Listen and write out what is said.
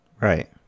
Right